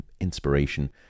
inspiration